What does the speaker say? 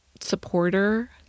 supporter